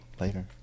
later